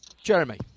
Jeremy